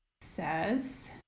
says